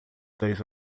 dois